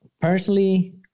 Personally